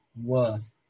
worth